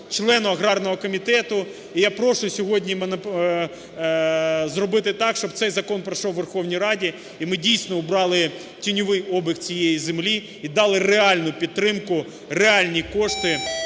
члену аграрного комітету. І я прошу сьогодні зробити так, щоб цей закон пройшов у Верховній Раді, і ми дійсно убрали тіньовий обіг цієї землі і дали реальну підтримку, реальні кошти